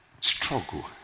struggle